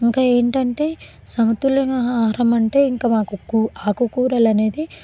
ఇంకా ఏంటంటే సమతుల్యమైన ఆహారం అంటే ఇంకా మాకు కూ ఆకుకూరలు అనేది